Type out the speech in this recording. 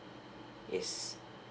yes